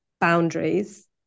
boundaries